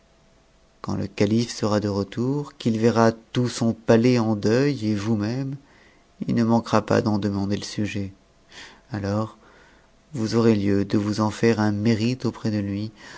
quand e calife sera de retour qu'il verra tout son palais en deuil et vousmême il ne manquera pas d'en demander le sujet alors vous aurez lieu de vous en faire un mérite auprès de lui